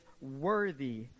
worthy